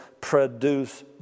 produce